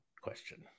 question